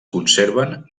conserven